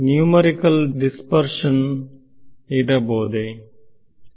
numerical dispersion ಇರಬಹುದೇ